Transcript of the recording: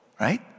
right